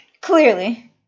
Clearly